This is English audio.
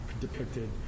depicted